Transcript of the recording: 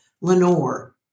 Lenore